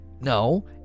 no